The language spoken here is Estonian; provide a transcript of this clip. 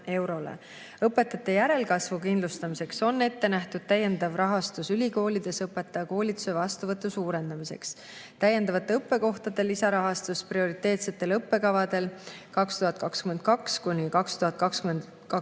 Õpetajate järelkasvu kindlustamiseks on ette nähtud täiendav rahastus ülikoolides õpetajakoolituse vastuvõtu suurendamiseks: täiendavate õppekohtade lisarahastus prioriteetsetel õppekavadel 2022–2025,